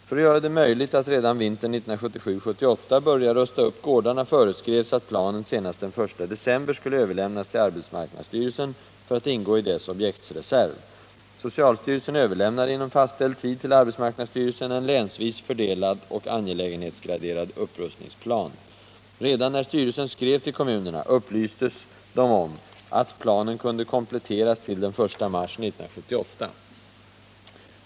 För att göra det möjligt att redan vintern 1977-1978 börja rusta upp gårdarna föreskrevs att planen senast den I december 1977 skulle överlämnas till arbetsmarknadsstyrelsen för att ingå i dess objektreserv. Socialstyrelsen överlämnade inom fastställd tid till arbetsmarknadsstyrelsen en länsvis fördelad och angelägenhetsgraderad upprustningsplan. Redan när styrelsen skrev till kommunerna upplystes de om att planen kunde kompletteras till den 1 mars 1978.